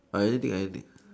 I anything anything